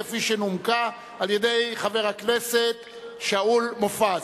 כפי שנומקה על-ידי חבר הכנסת שאול מופז.